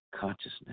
consciousness